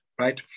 right